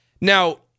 Now